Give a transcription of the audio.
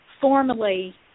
formally